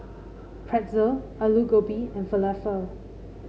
Pretzel Alu Gobi and Falafel